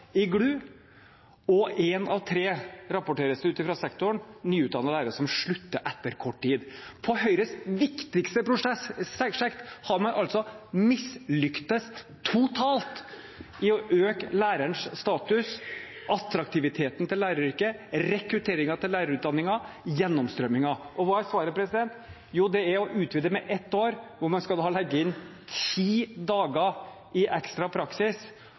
i GLU 1–7, og én av tre – rapporteres det fra sektoren – nyutdannede lærere slutter etter kort tid. I Høyres viktigste prosjekt har man altså mislyktes totalt i å øke lærerens status, attraktiviteten til læreryrket, rekrutteringen til lærerutdanningen og gjennomstrømningen. Og hva er svaret? Jo, det er å utvide med ett år, hvor man skal legge inn ti dager med ekstra praksis,